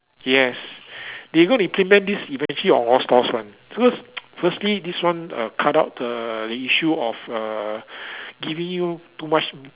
yes they going to implement this eventually on all stores one because firstly this one uh cut out the issue of uh giving you too much